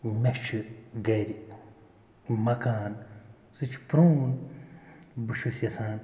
مےٚ چھُ گھرِ مَکان سُہ چھُ پرٛیٛون بہٕ چھُس یَژھان